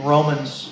Romans